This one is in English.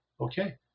Okay